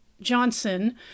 Johnson